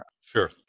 Sure